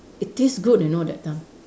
it taste good you know that time